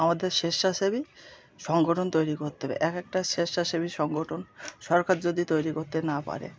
আমাদের স্বেচ্ছাসেবী সংগঠন তৈরি কোত্তে হবে এক একটা স্বেচ্ছাসেবী সংগঠন সরকার যদি তৈরি করতে না পারে